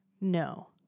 No